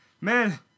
man